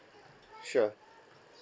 sure